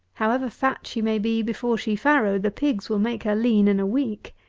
however fat she may be before she farrow, the pigs will make her lean in a week.